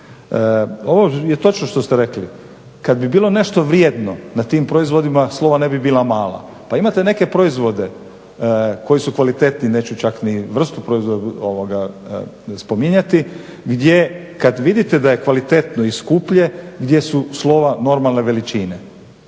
Ovo je točno što ste rekli, kad bi bilo nešto vrijedno na tim proizvodima slova ne bi bila mala. Pa imate neke proizvode koji su kvalitetniji, neću čak ni vrstu proizvoda spominjati, gdje kad vidite da je kvalitetno i skuplje gdje su slova normalne veličine.